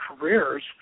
careers